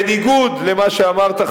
בניגוד למה שאמרת,